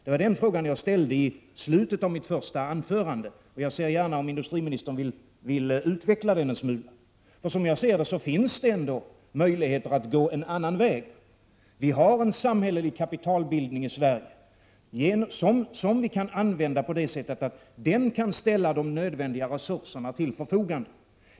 Det var den frågan jag ställde i slutet av mitt första anförande. Jag ser gärna att industriministern utvecklar den en smula. Som jag ser det finns det möjligheter att gå en annan väg. Vi har en samhällelig kapitalbildning i Sverige som vi kan använda på det sättet att den kan ställa de nödvändiga resurserna till förfogande.